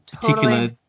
particular